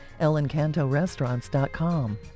EllenCantorestaurants.com